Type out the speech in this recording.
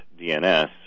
DNS